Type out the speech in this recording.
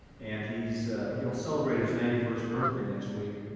and he's he'll celebrate his ninety first birthday next week.